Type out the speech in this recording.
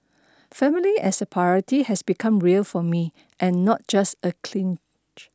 family as a priority has become real for me and not just a clinch